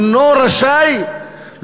אינו רשאי,